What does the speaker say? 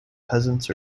peasants